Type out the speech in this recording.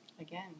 Again